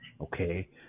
Okay